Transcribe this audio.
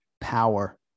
power